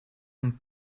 een